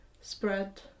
spread